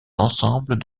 l’ensemble